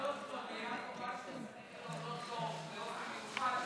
שצריך להודות לו באופן מיוחד,